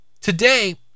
Today